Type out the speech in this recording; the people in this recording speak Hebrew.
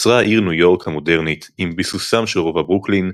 נוצרה העיר ניו יורק המודרנית עם ביסוסם של רובע ברוקלין,